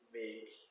make